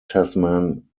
tasman